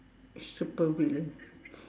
supervillain